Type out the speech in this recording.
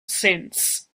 sense